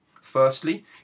Firstly